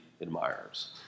admirers